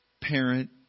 parent